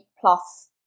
plus